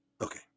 Okay